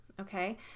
okay